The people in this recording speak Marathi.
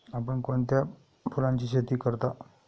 आपण कोणत्या फुलांची शेती करता?